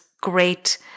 great